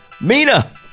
Mina